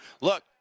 look